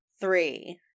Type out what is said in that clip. three